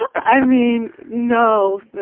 i mean, knows, that,